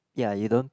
ya you don't